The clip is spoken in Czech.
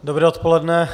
Dobré odpoledne.